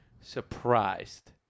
surprised